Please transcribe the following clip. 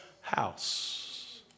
house